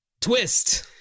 twist